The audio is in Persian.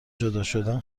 جداشدن